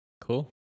Cool